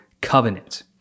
covenant